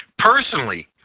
Personally